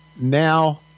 now